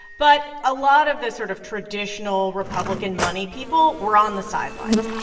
but a lot of the sort of traditional republican money people were on the sidelines,